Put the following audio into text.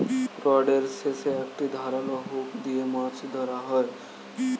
রডের শেষে একটি ধারালো হুক দিয়ে মাছ ধরা হয়